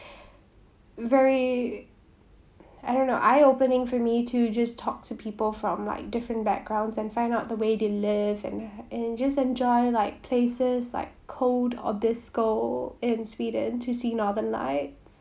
very I don't know eye opening for me to just talked to people from like different backgrounds and find out the way they live and and just enjoy like places like cold abisko in sweden to see northern lights